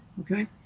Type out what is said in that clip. okay